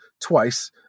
twice